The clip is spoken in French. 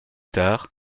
tard